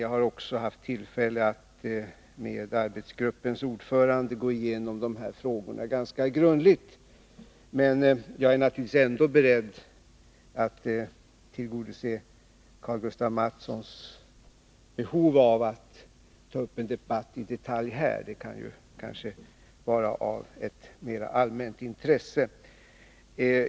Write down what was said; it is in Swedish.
Jag har också haft tillfälle att med arbetsgruppens ordförande gå igenom de här frågorna ganska grundligt. Men jag är naturligtvis ändå beredd att tillgodose Karl-Gustaf Mathssons behov av att ta upp en debatt i detalj här — det kan kanske vara av mer allmänt intresse.